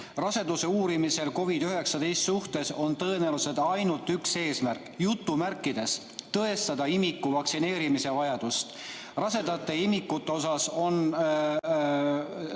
"Raseduse uurimisel COVID‑19 suhtes on tõenäoliselt ainult üks eesmärk: "tõestada" imiku vaktsineerimise vajadust. Rasedate ja imikute osas on